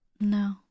No